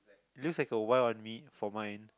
looks like a Y on me for mine